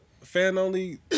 fan-only